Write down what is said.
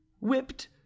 whipped